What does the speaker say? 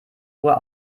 uhr